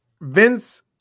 Vince